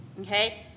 Okay